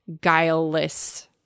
guileless